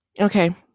Okay